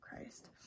Christ